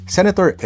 Senator